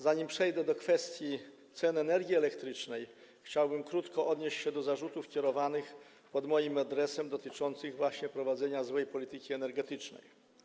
Zanim przejdę do kwestii cen energii elektrycznej, chciałbym krótko odnieść się do zarzutów kierowanych pod moim adresem, dotyczących właśnie prowadzenia złej polityki energetycznej.